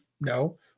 No